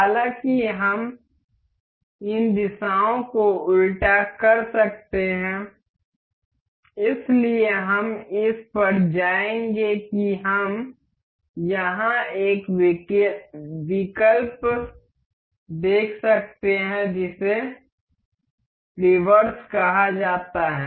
हालाँकि हम इन दिशाओं को उल्टा कर सकते हैं इसलिए हम इस पर जाएंगे कि हम यहाँ एक विकल्प देख सकते हैं जिसे रिवर्स कहा जाता है